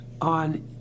on